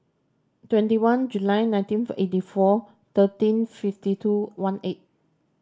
twenty one July nineteenth eighty four thirteen fifty two one eight